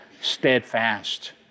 steadfast